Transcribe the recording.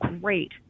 great